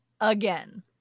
Again